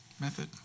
method